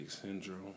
syndrome